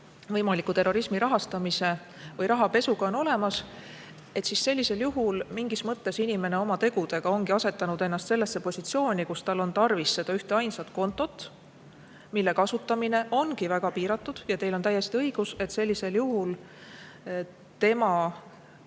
võimaliku terrorismi rahastamise või rahapesuga on olemas –, siis mingis mõttes ongi inimene oma tegudega asetanud ennast sellesse positsiooni, kus tal on tarvis seda ühteainsat kontot, mille kasutamine ongi väga piiratud. Teil on täiesti õigus, sellisel juhul ta